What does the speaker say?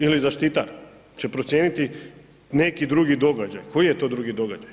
Ili zaštitar će procijeniti neki drugi događaj, koji je to drugi događaj?